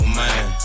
man